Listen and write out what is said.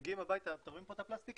מגיעים הביתה, אתם רואים את הפלסטיקים?